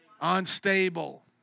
Unstable